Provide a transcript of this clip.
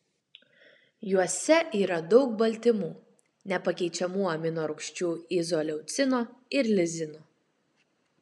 juose yra daug baltymų nepakeičiamų aminorūgščių izoleucino ir lizino